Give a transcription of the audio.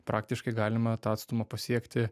praktiškai galima tą atstumą pasiekti